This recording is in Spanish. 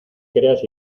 creas